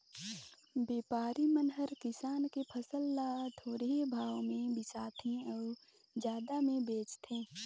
बेपारी मन हर किसान के फसल ल थोरहें भाव मे बिसाथें अउ जादा मे बेचथें